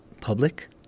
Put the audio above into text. public